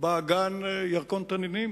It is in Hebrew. באגן ירקון-תנינים.